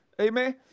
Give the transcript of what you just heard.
Amen